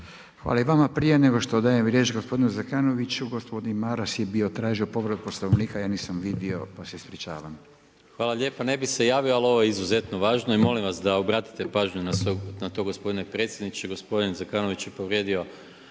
Hvala i vama. Prije nego što dam riječ gospodinu Zekanoviću, gospodin Maras je bio tražio povredu Poslovnika, ja nisam vidio, pa se ispričavam. **Maras, Gordan (SDP)** Hvala lijepa. Ne bi se javio, ali ovo je izuzetno važno i molim vas da obratite pažnju na to gospodine predsjedniče, gospodin Zekanović je povrijedio